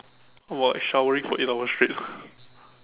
how about showering for eight hour straight